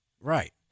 right